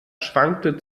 schwankte